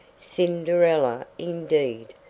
cinderella, indeed,